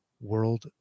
World